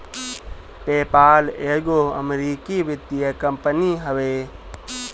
PayPal एगो अमरीकी वित्तीय कंपनी हवे